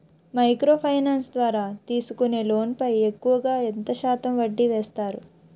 Micro finance ద్వారా తీసుకునే loan పై ఎక్కువుగా ఎంత శాతం వడ్డీ వేస్తారు?